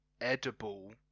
Edible